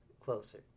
closer